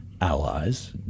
allies